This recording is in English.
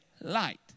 light